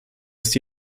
ist